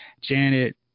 Janet